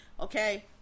okay